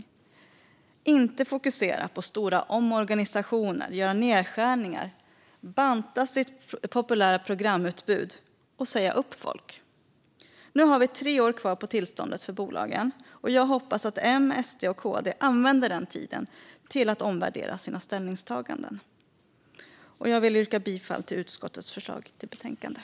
De ska inte behöva fokusera på stora omorganisationer, göra nedskärningar, banta sitt populära programutbud och säga upp folk. Nu har vi tre år kvar på tillståndet för bolagen, och jag hoppas att M, SD och KD använder den tiden till att omvärdera sina ställningstaganden. Jag yrkar bifall till utskottets förslag i betänkandet.